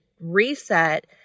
reset